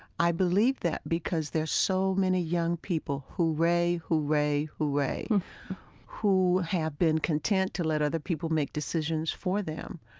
i believe that because there's so many young people hooray, hooray, hooray who have been content to let other people make decisions for them,